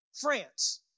France